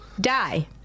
Die